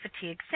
fatigue